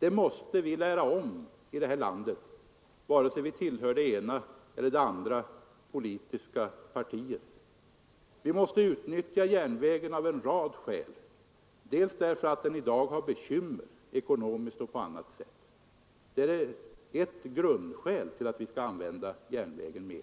Här måste vi lära om, vare sig vi tillhör det ena politiken, m.m. eller det andra politiska partiet. Vi måste utnyttja järnvägen av en rad skäl. SJ har i dag bekymmer, ekonomiskt och på annat sätt, vilket är ett grundskäl till att vi skall använda järnvägen mera.